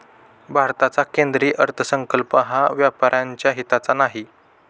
भारताचा केंद्रीय अर्थसंकल्प हा व्यापाऱ्यांच्या हिताचा नाही